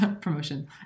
promotion